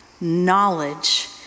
knowledge